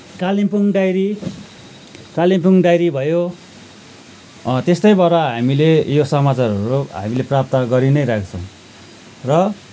Kalimpong diary Kalimpong diary भयो त्यस्तैबाट हामीले यो समाचारहरू हामीले प्राप्त गरी नै रहेको छौँ र